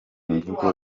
mvugo